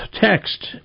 text